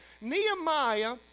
Nehemiah